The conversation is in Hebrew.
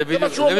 זה מה שהוא אומר.